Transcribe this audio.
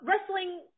wrestling –